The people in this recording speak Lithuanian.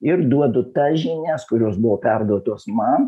ir duodu tas žinias kurios buvo perduotos man